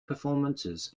performances